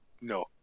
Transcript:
no